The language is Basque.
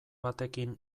batekin